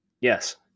yes